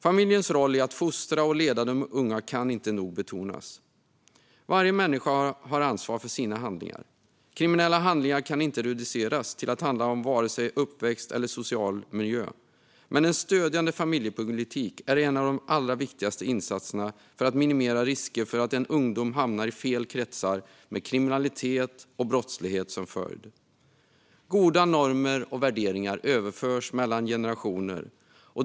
Familjens roll i att fostra och leda de unga kan inte nog betonas. Varje människa har ansvar för sina handlingar. Kriminella handlingar kan inte reduceras till att handla om vare sig uppväxt eller social miljö. Men en stödjande familjepolitik är en av de allra viktigaste insatserna för att minimera risken för att en ungdom hamnar i fel kretsar med kriminalitet och brottslighet som följd. Goda normer och värderingar överförs mellan generationer.